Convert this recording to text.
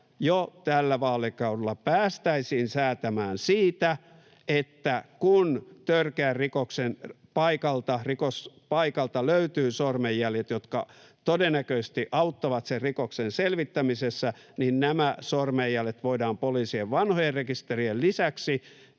jo tällä vaalikaudella päästäisiin säätämään siitä, että kun törkeän rikoksen paikalta löytyy sormenjäljet, jotka todennäköisesti auttavat sen rikoksen selvittämisessä, niin nämä sormenjäljet voidaan poliisien vanhojen rekisterien lisäksi